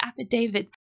affidavit